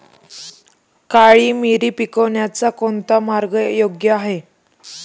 काळी मिरी पिकवण्याचा कोणता मार्ग योग्य आहे?